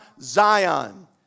Zion